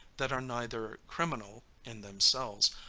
that are neither criminal in themselves,